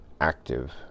active